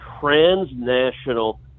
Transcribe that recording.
transnational